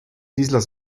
islas